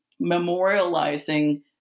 memorializing